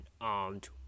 armed